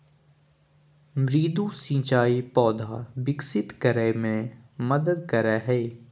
मृदु सिंचाई पौधा विकसित करय मे मदद करय हइ